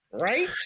right